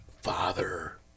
father